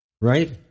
Right